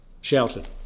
Shouted